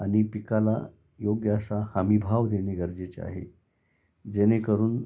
आणि पिकाला योग्य असा हमीभाव देणे गरजेचे आहे जेणेकरून